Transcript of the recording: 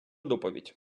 доповідь